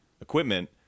equipment